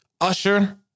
Usher